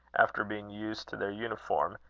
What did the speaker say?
after being used to their uniform,